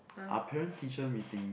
are parent teacher meeting